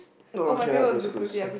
oh okay I like Blue's-Clues